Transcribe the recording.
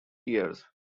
years